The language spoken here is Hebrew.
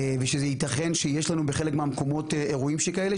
ושייתכן שיש לנו בחלק מהמקומות אירועים כאלה,